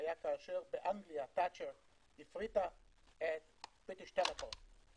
היה כאשר באנגליה תאצ'ר הפריטה את- -- על